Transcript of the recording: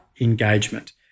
engagement